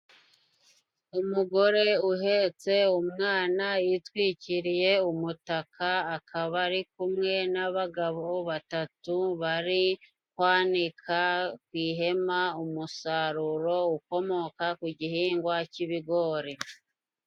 Umugore uhetse umwana yitwikiriye umutaka akaba ari kumwe n'abagabo batatu bari kwanika ku ihema umusaruro ukomoka ku gihingwa cy'ibigori.